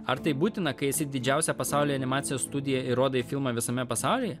ar tai būtina kai esi didžiausia pasaulyje animacijos studija ir rodai filmą visame pasaulyje